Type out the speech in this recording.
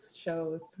shows